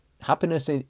happiness